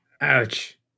Ouch